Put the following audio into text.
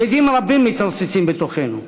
שדים רבים מתרוצצים בתוכנו: